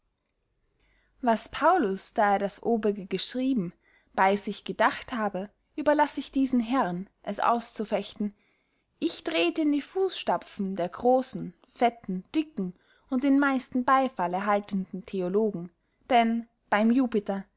was paulus da er das obige geschrieben bey sich gedacht habe überlaß ich diesen herren es auszufechten ich trete in die fußtapfen der grossen fetten dicken und den meisten beyfall erhaltenden theologen denn beym